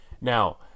Now